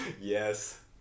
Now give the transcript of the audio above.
Yes